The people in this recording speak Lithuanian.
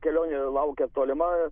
kelionė laukia tolima